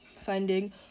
funding